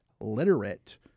literate